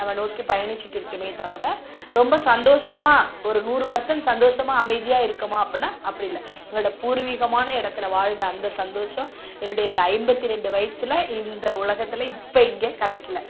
நம்ம நோக்கி பயணிச்சுட்டு இருக்கோமே தவிர ரொம்ப சந்தோஷமாக ஒரு நூறு பர்சன்ட் சந்தோஷமாக அமைதியாக இருக்கோமா அப்படினா அப்படி இல்லை எங்களோட பூர்விகமான இடத்துல வாழ்ந்த அந்த சந்தோஷம் என்னுடைய இந்த ஐம்பத்தி ரெண்டு வயசுல இந்த உலகத்தில் இப்போ இங்கே கிடைக்கில